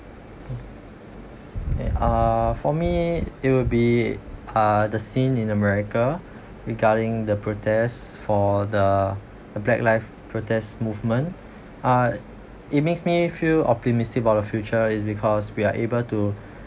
uh eh uh for me it would be uh the scene in america regarding the protest for the the black life protest movement uh it makes me feel optimistic about the future is because we are able to